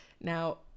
Now